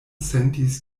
sentis